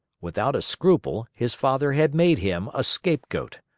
without a scruple, his father had made him a scapegoat.